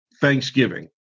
Thanksgiving